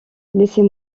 laissez